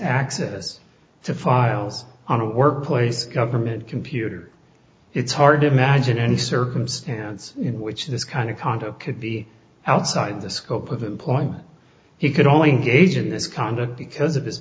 access to files on a workplace government computer it's hard to imagine any circumstance in which this kind of conduct could be outside the scope of employment he could only gauge in this conduct because of his